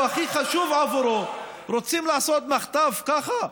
הכי חשוב עבורו רוצים לעשות מחטף ככה?